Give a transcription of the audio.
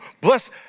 bless